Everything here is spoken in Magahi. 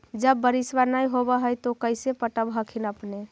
जब बारिसबा नय होब है तो कैसे पटब हखिन अपने?